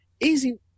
easy